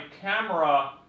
camera